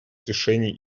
решений